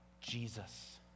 Jesus